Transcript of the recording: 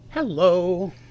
Hello